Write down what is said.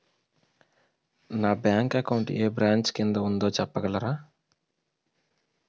నా bank account ఏ branch కిందా ఉందో చెప్పగలరా?